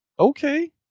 okay